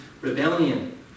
rebellion